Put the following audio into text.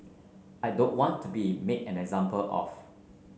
I don't want to be made an example of